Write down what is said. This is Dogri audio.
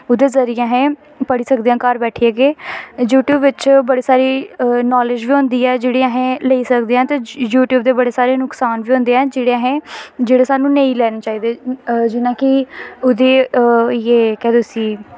ओह्दे जरिये अस पढ़ी सकदे आं घर बैठियै गै यूटयूब बिच्च बड़ी सारी नॉलेज़ बी होंदी ऐ जेह्ड़ी अस लेई सकदे आं ते यूटयूब दे बड़े सारे नुकसान बी होंदे न जेह्ड़े असैं जेह्ड़े सानूं नेईं लैने चाहिदे जि'यां कि ओह्दे होई गे केह् आखदे उस्सी